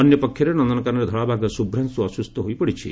ଅନ୍ୟ ପକ୍ଷରେ ନନନକାନନରେ ଧଳାବାଘ ଶୁଭ୍ରାଂଶୁ ଅସୁସ୍ଥ ହୋଇପଡ଼ିଛି